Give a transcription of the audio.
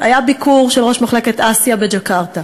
היה ביקור של ראש מחלקת אסיה בג'קרטה,